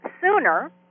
sooner